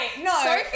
no